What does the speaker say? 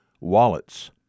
wallets